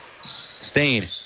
Stain